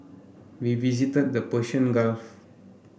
we visited the Persian Gulf